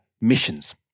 missions